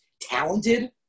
talented